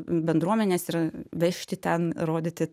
bendruomenes ir vežti ten rodyti